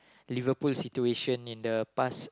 Liverpool situation in the past